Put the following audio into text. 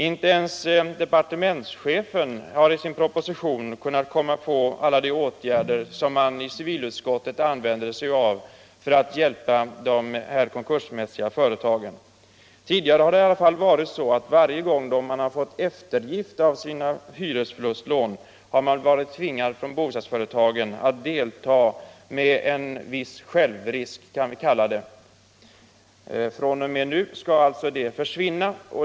Inte ens departementschefen har i sin proposition kunnat komma på alla de åtgärder som civilutskottet använder sig av för att hjälpa de konkursmässiga företagen. Tidigare har det i alla fall varit så att varje gång företagen har fått eftergift av sina hyresförlustlån har de varit tvingade att delta med vad vi kan kalla en viss självrisk. fr.o.m. nu skall den försvinna.